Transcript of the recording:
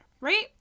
right